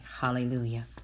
Hallelujah